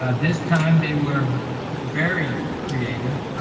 ah this time they were very creative.